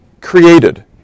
created